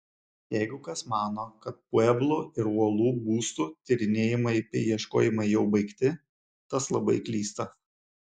jeigu kas mano kad pueblų ir uolų būstų tyrinėjimai bei ieškojimai jau baigti tas labai klysta